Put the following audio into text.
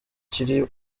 kiri